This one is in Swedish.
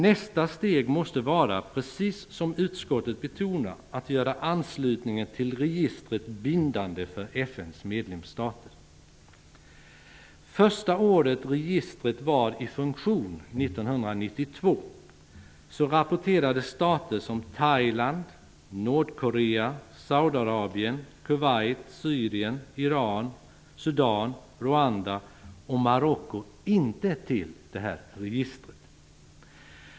Nästa steg måste vara -- precis som utskottet betonar -- att göra anslutningen till registret bindande för FN:s medlemsstater. Första året registret var i funktion, 1992, rapporterade regimerna i stater som Thailand, Nordkorea, Rwanda och Marocko inte in till registret.